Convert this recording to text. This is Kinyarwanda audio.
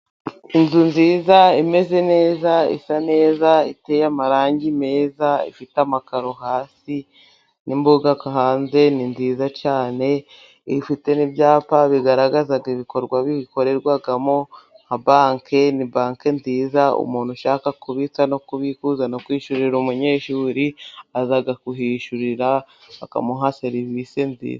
Inzu nziza imeze neza isa neza, iteye amarangi meza, ifite amakaro hasi n'imbuga hanze. Ni nziza cyane ifite n'byapa bigaragaza ibikorwa bikorerwamo, nka Banke ni Banke nziza umuntu ushaka kubitsa no kubikuza, no kwishyurira umunyeshuri aza kuhishyurira bakamuha serivise nziza.